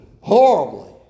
Horribly